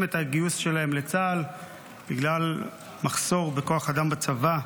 את הגיוס שלהם לצה"ל בגלל מחסור בכוח אדם בצבא.